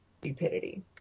stupidity